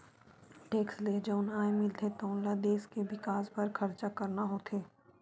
tax ले जउन आय मिलथे तउन ल देस के बिकास बर खरचा करना होथे